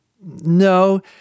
No